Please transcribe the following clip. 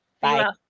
bye